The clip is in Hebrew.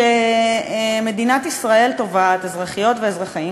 שמדינת ישראל תובעת אזרחיות ואזרחים,